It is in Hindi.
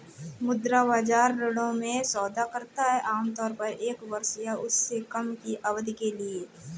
मुद्रा बाजार ऋणों में सौदा करता है आमतौर पर एक वर्ष या उससे कम की अवधि के लिए